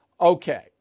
Okay